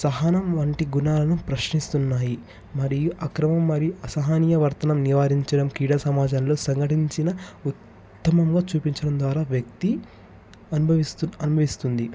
సహనం వంటి గుణాలను ప్రశ్నిస్తున్నాయి మరియు అక్రమం మరి అసహన్యవర్తనం నివారించడం క్రీడ సమాజంలో సంఘటించిన ఉత్తమంగా చూపించడం ద్వారా వ్యక్తి అనుభవి అనుభవిస్తుంది